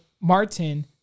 martin